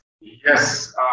Yes